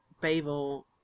Babel